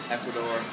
Ecuador